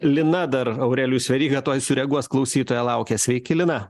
lina dar aurelijus veryga tuoj sureaguos klausytoja laukia sveiki lina